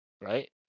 right